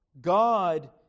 God